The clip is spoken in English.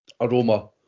aroma